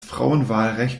frauenwahlrecht